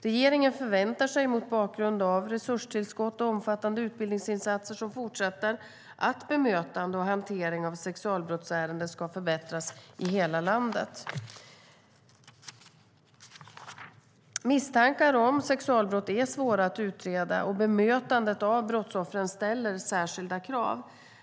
Regeringen förväntar sig mot bakgrund av resurstillskott och omfattande utbildningsinsatser som också fortsätter att bemötande och hantering av sexualbrottsärenden ska förbättras i hela landet. Misstankar om sexualbrott är svåra att utreda. Bemötandet av brottsoffren ställer särskilda krav.